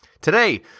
Today